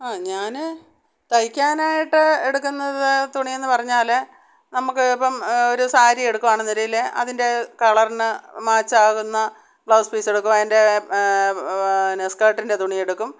ആ ഞാൻ തയ്ക്കാനായിട്ട് എടുക്കുന്നത് തുണി എന്ന് പറഞ്ഞാൽ നമുക്ക് ഇപ്പം ഒരു സാരി എടുക്കുവാണെന്ന് വരുകിൽ അതിൻ്റെ കളറിന് മാച്ച് ആകുന്ന ബ്ലൗസ് പീസ് എടുക്കും അതിൻ്റെ പിന്നെ സ്കേർട്ടിൻ്റെ തുണി എടുക്കും